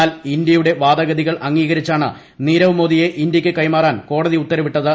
എന്നാൽ ഇന്ത്യയുടെ വാദഗതികൾ അംഗീകരിച്ചാണ് നീരവ്മോദിയുടെ ഇന്ത്യക്ക് കൈമാറാൻ കോടതി ഉത്തരവിട്ടത്